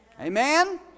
Amen